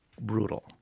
brutal